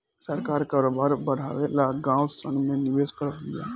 सरकार करोबार बड़ावे ला गाँव सन मे निवेश करत बिया